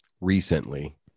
Recently